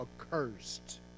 accursed